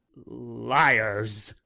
liars!